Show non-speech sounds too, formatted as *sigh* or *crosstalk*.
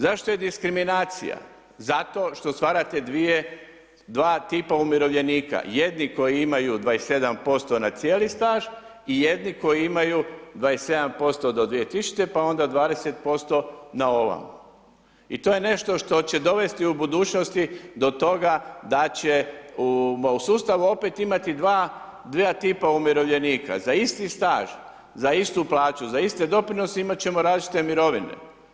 Zašto je diskriminacija, zato što stvarate dva tipa umirovljenika, jedni koji imaju 27% na cijeli staž i jedni koji imaju 27% do 2000. pa onda 20% na … *unintelligible* I to je nešto što će dovesti do budućnosti, do toga, da će u sustavu opet imati dva tipa umirovljenika, za isti staž, za istu plaću, za iste doprinose imati ćemo različite mirovine.